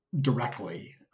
directly